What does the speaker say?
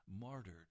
martyred